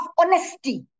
honesty